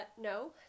no